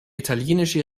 italienische